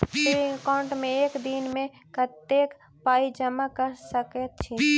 Saving account मे एक दिनमे कतेक पाई जमा कऽ सकैत छी?